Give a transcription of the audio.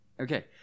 Okay